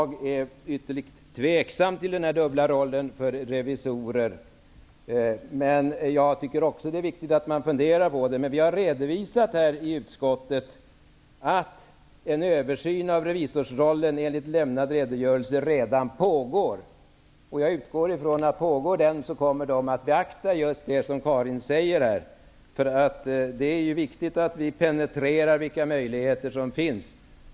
Herr talman! Jag är mycket tveksam till revisorernas dubbla roll, och det är viktigt att man funderar över den. Vi har i utskottet redovisat att en översyn av revisorsrollen enligt lämnad redogörelse redan pågår. Jag utgår ifrån att om utredningen pågår kommer den att beakta just den fråga som Carin Lundberg tog upp. Det är viktigt att vi penetrerar vilka möjligheter som finns.